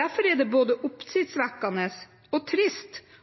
Derfor er det både oppsiktsvekkende og trist